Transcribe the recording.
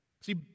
See